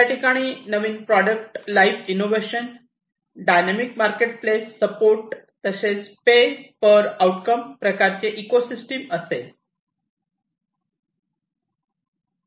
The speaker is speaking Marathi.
त्याठिकाणी नवीन product line innovation dynamic market place support तसेच पे पर आउटकम प्रकारचे इकोसिस्टीम असेल